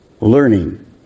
learning